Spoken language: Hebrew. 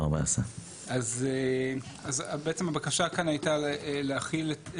2014. אז בעצם הבקשה כאן הייתה להחיל את,